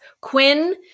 Quinn